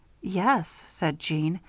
yes, said jeanne,